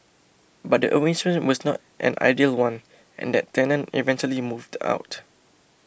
but the arrangement was not an ideal one and that tenant eventually moved out